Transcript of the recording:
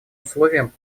условием